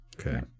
Okay